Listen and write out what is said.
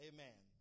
Amen